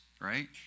right